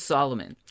Solomon